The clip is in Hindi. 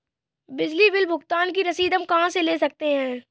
बिजली बिल भुगतान की रसीद हम कहां से ले सकते हैं?